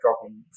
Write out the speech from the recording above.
dropping